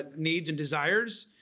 ah needs and desires.